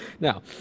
Now